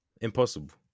impossible